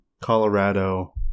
Colorado